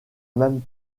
même